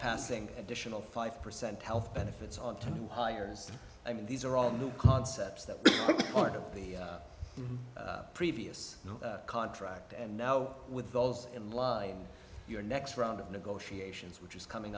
passing additional five percent health benefits all to new hires i mean these are all new concepts that part of the previous contract and now with those in line your next round of negotiations which is coming